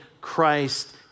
Christ